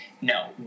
No